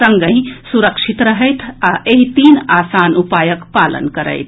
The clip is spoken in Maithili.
संगहि सुरक्षित रहथि आ एहि तीन आसान उपायक पालन करथि